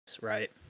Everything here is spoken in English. Right